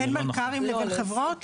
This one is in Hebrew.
בין מלכ"רים לבין חברות?